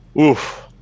Oof